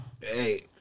Hey